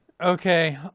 Okay